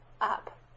up